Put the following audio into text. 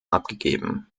abgegeben